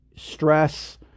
stress